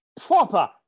proper